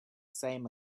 same